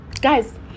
guys